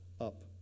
up